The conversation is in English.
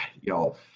y'all